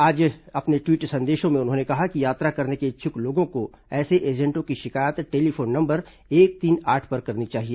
आज अपने ट्वीट संदेशों में उन्होंने कहा कि यात्रा करने के इच्छुक लोगों को ऐसे एजेन्टों की शिकायत टेलीफोन नंबर एक तीन आठ पर करनी चाहिए